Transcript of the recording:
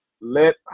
let